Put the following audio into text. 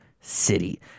city